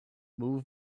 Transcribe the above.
move